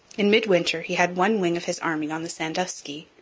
in midwinter he had one wing of his army on the sandusky,